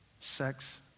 Sex